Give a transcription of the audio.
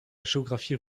géographie